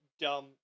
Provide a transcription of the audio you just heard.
dumb